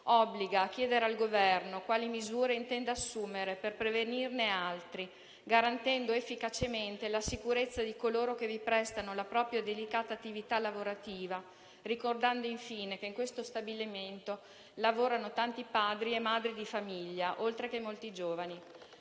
obbliga a chiedere al Governo quali misure intenda assumere per prevenirne altri, garantendo efficacemente la sicurezza di coloro che vi prestano la propria delicata attività lavorativa e ricordando, infine, che in questo stabilimento lavorano tanti padri e madri di famiglia, oltre che molti giovani.